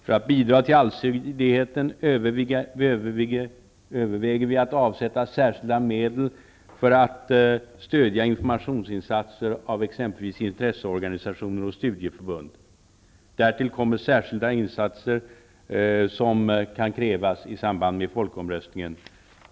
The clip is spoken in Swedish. För att bidra till allsidigheten överväger vi att avsätta särskilda medel för att stödja informationsinsatser av exempelvis intresseorganisationer och studieförbund. Därtill kommer särskilda insatser som kan krävas i samband med folkomröstningen.